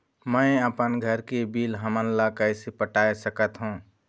मैं अपन घर के बिल हमन ला कैसे पटाए सकत हो?